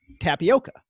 tapioca